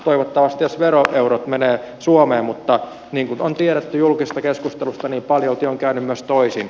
toivottavasti edes veroeurot menevät suomeen mutta niin kuin on tiedetty julkisesta keskustelusta niin paljolti on käynyt myös toisin